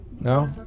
No